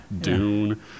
Dune